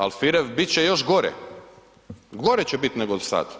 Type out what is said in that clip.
Alfirev, bit će još gore, gore že bit nego do sad.